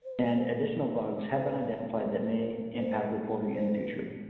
and additional bugs have been identified that may impact reporting in the future.